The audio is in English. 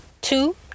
Two